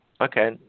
okay